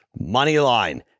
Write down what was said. Moneyline